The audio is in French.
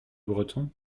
breton